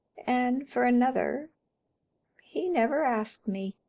and for another he never asked me.